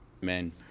men